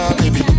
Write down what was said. baby